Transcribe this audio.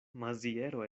maziero